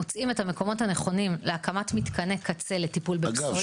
מוצאים את המקומות הנכונים להקמת מתקני קצה לטיפול בפסולת.